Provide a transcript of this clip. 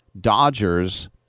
Dodgers